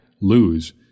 lose